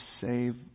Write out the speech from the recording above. save